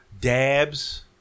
dabs